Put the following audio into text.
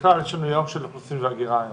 ובכלל יש לנו יום של אוכלוסין והגירה היום.